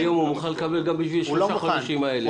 היום הוא מוכן לקבל גם בשביל שלושת החודשים האלה,